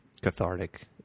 cathartic